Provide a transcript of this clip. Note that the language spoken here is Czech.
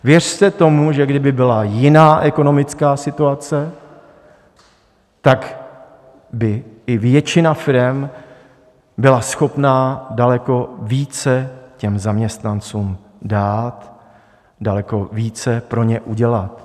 Věřte tomu, že kdyby byla jiná ekonomická situace, tak by i většina firem byla schopna daleko více těm zaměstnancům dát, daleko více pro ně udělat.